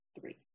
three